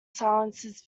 silences